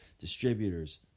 distributors